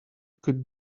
could